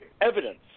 evidence